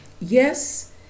Yes